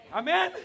amen